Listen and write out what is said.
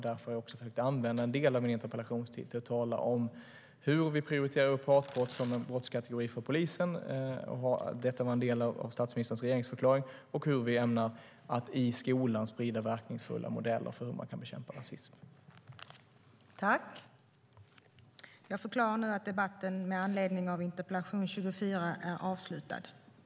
Därför har jag försökt använda en del av min talartid till att tala om hur vi prioriterar upp hatbrott som en brottskategori för polisen, vilket ingick i statsministerns regeringsförklaring, och hur vi ämnar sprida verkningsfulla modeller i skolan för hur man kan bekämpa rasism.